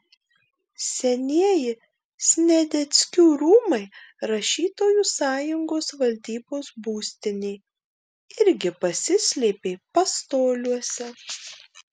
senieji sniadeckių rūmai rašytojų sąjungos valdybos būstinė irgi pasislėpė pastoliuose